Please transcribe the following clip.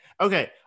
Okay